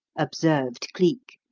observed cleek,